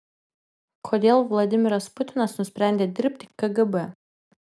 kodėl vladimiras putinas nusprendė dirbti kgb